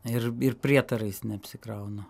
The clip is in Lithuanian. ir prietarais neapsikraunu